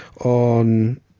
on